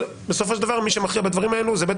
אבל בסופו של דבר מי שמכריע בדברים האלו זה בית